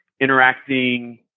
interacting